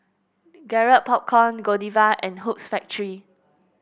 Garrett Popcorn Godiva and Hoops Factory